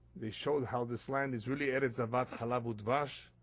they showed how this land is really eretz zavat chalav udvash,